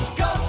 go